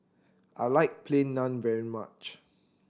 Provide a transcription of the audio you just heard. I like Plain Naan very much